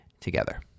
together